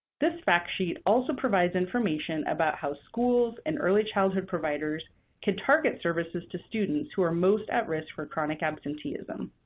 this fact sheet also provides information about how schools and early childhood providers can target services to students who are most at risk for chronic absenteeism.